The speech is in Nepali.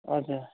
हजुर